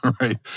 right